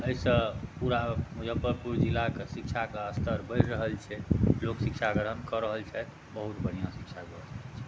एहिसँ पूरा मुजफ्फरपुर जिलाके शिक्षाके स्तर बढ़ि रहल छै लोग शिक्षा ग्रहण कऽ रहल छथि बहुत बढ़िआँ शिक्षा कऽ रहल छथि